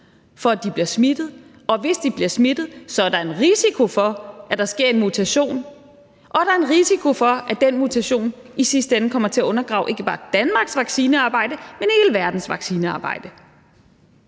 for, at de bliver smittet, og hvis de bliver smittet, er der en risiko for, at der sker en mutation, og der er en risiko for, at den mutation i sidste ende kommer til at undergrave ikke bare Danmarks vaccinearbejde, men hele verdens vaccinearbejde.